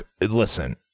Listen